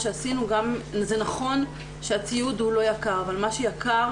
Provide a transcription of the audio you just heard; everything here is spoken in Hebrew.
זה נכון שלא הייתה הקצאה מאורגנת אבל --- מה היה קורה